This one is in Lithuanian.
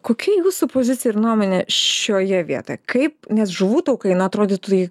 kokia jūsų pozicija ir nuomonė šioje vietoje kaip nes žuvų taukai na atrodytų jei